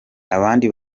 abandi